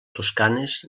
toscanes